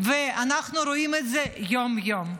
ואנחנו רואים את זה יום-יום.